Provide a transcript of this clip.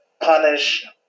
punish